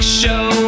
show